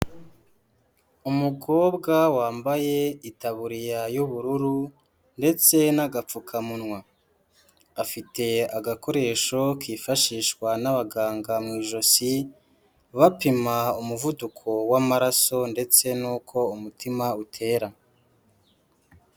Umukobwa wambaye itaburiya y'ubururu ndetse n'agapfukamunwa, afite agakoresho kifashishwa n'abaganga mu ijosi bapima umuvuduko w'amaraso ndetse n'uko umutima utera.